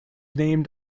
named